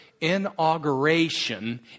inauguration